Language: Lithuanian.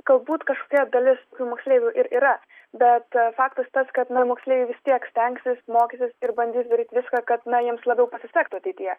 galbūt kažkokia dalis moksleivių ir yra bet faktas tas kad na moksleiviai vis tiek stengsis mokysis ir bandys daryt viską kad na jiems labiau pasisektų ateityje